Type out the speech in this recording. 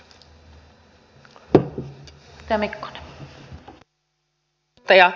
arvoisa puheenjohtaja